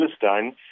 Palestine